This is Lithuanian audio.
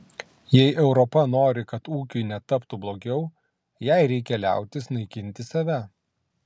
jei europa nori kad ūkiui netaptų blogiau jai reikia liautis naikinti save